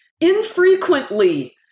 infrequently